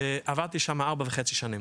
ועבדתי שם ארבע וחצי שנים.